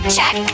Check